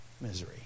Misery